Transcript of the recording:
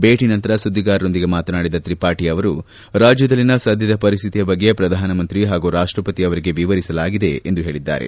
ಭೇಟಿ ನಂತರ ಸುದ್ದಿಗಾರರೊಂದಿಗೆ ಮಾತನಾಡಿದ ತ್ರಿಪಾಠಿ ಅವರು ರಾಜ್ಯದಲ್ಲಿನ ಸಧ್ಯದ ಪರಿಸ್ಥಿತಿಯ ಬಗ್ಗೆ ಪ್ರಧಾನಮಂತ್ರಿ ಹಾಗೂ ರಾಷ್ಟಪತಿ ಅವರಿಗೆ ವಿವರಿಸಲಾಗಿದೆ ಎಂದು ಹೇಳಿದ್ದಾರೆ